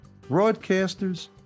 broadcasters